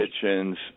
kitchens